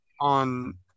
on